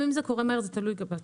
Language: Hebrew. זה תלוי בתקופות,